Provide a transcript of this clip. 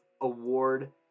award